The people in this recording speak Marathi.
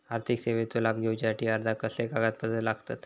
आर्थिक सेवेचो लाभ घेवच्यासाठी अर्जाक कसले कागदपत्र लागतत?